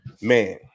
Man